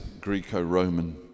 Greco-Roman